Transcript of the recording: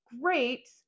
great